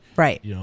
Right